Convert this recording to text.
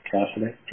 Cassidy